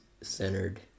centered